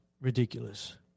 Ridiculous